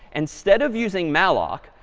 instead of using malloc,